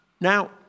Now